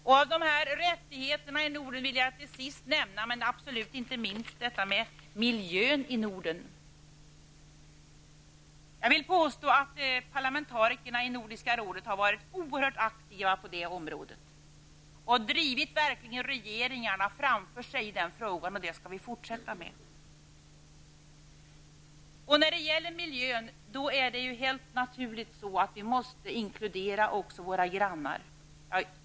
Jag vill sist, men absolut inte minst, av dessa rättigheter i Norden nämna detta med miljön. Jag vill påstå att parlamentarikerna i Nordiska rådet har varit oerhört aktiva på det området och verkligen drivit regeringarna framför sig i den frågan. Det skall vi fortsätta med. När det gäller miljön är det helt naturligt att vi måste inkludera våra grannar.